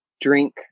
Drink